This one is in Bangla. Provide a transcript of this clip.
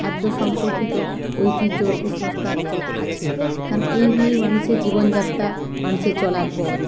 খাদ্য সম্পর্কিত ঐতিহ্য বা কুসংস্কার আছে কারণ এই নিয়েই মানুষের জীবনযাত্রা মানুষের চলার পথ